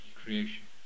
creation